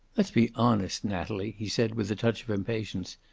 let's be honest, natalie, he said, with a touch of impatience.